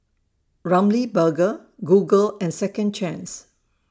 Ramly Burger Google and Second Chance